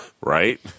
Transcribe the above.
Right